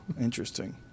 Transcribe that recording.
Interesting